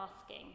asking